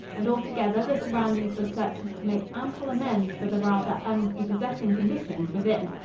and, altogether, the surroundings were such as to make ample amends for the rather unprepossessing conditions within.